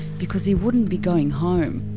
because he wouldn't be going home.